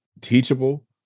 teachable